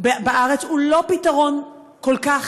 בארץ הוא לא פתרון כל כך,